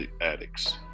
addicts